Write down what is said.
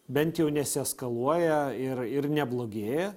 bent jau nesieskaluoja ir ir neblogėja